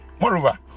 Moreover